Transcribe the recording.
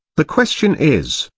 the question is,